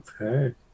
okay